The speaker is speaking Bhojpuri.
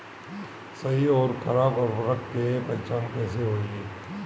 सही अउर खराब उर्बरक के पहचान कैसे होई?